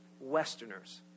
Westerners